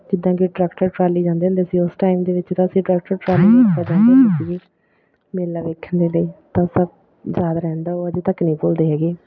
ਜਿੱਦਾਂ ਕੇ tractor trolley ਜਾਂਦੇ ਹੁੰਦੇ ਸੀ ਉਸ ਟਾਈਮ ਦੇ ਵਿੱਚ ਤਾਂ ਅਸੀਂ ਟਰੈਕਟਰ ਟਰਾਲੀ ਦੇ ਉੱਪਰ ਜਾਂਦੇ ਹੁੰਦੇ ਸੀਗੇ ਮੇਲਾ ਵੇਖਣ ਦੇ ਲਈ ਤਾਂ ਸਭ ਯਾਦ ਰਹਿੰਦਾ ਉਹ ਅਜੇ ਤੱਕ ਨਹਿ ਭੁੱਲਦੇ ਹੈਗੇ